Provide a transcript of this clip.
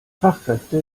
fachkräfte